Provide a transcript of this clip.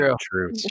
true